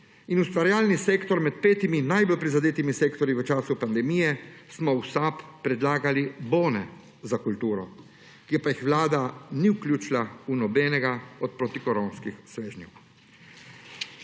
in ustvarjalni sektor med petimi najbolj prizadetimi sektorji v času pandemije, smo v SAB predlagali bone za kulturo, ki pa jih Vlada ni vključila v nobenega od protikoronskih svežnjev.